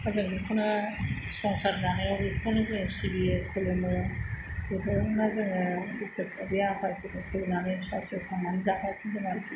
जों बेखौनो संसार जानायाव बेफोरखौनो जोङो सिबियो खुलुमो बेफोरनो जोङो इसोर बे आफा शिबखौ खुलुमनानै फिसा फिसौ खांनानै जागासिनो दं आरोखि